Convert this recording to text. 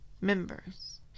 members